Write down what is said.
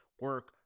Work